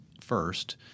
first